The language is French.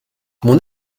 mon